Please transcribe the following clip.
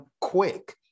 quick